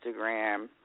Instagram